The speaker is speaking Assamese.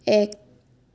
এক